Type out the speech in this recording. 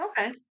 Okay